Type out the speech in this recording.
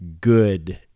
good